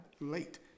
late